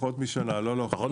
פחות משנה.